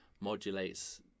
modulates